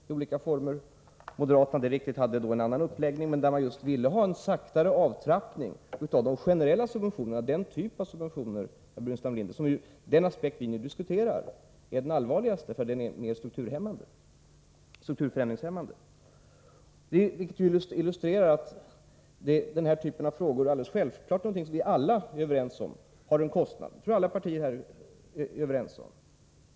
Det är riktigt att moderaterna hade en annan uppläggning, men man ville ha en långsammare avtrappning av de generella subventionerna. Den typ av subventioner, herr Burenstam Linder, som vi just nu diskuterar är den allvarligaste, eftersom den är mer strukturförändringshämmande. Det illustrerar att den här typen av åtgärder alldeles självklart är någonting som vi alla är överens om har en kostnad. Jag tror att alla partier är överens om det.